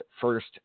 first